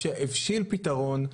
הבשיל פתרון.